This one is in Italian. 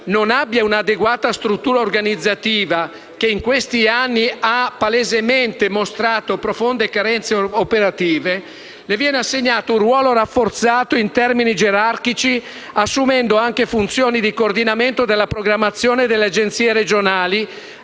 non abbia un'adeguata struttura organizzativa che, in questi anni, ha palesemente mostrato profonde carenze operative, le viene assegnato un ruolo rafforzato in termini gerarchici, assumendo anche funzioni di coordinamento della programmazione delle Agenzie regionali